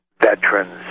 Veterans